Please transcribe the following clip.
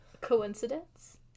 Coincidence